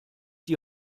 die